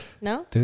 No